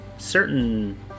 Certain